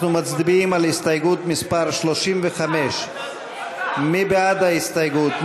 אנחנו מצביעים על הסתייגות מס' 35. מי בעד ההסתייגות?